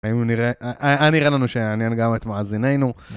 היה נראה לנו שיעניין גם את מאזיננו.